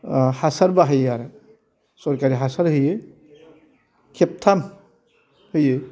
हासार बाहायो आरो सोरखारि हासार होयो खेबथाम होयो